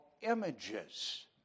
images